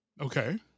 Okay